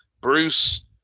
Bruce